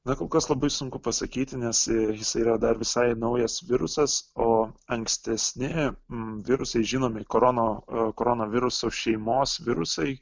na kol kas labai sunku pasakyti nes jis yra dar visai naujas virusas o ankstesni virusai žinomi korono koronaviruso šeimos virusai